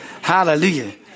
Hallelujah